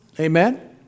Amen